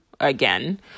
again